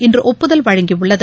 இன்று ஒப்புதல் வழங்கியுள்ளது